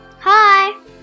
hi